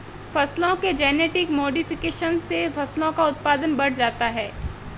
फसलों के genetic modification से फसलों का उत्पादन बढ़ जाता है